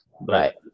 right